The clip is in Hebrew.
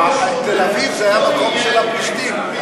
תל-אביב זה היה מקום של הפלישתים.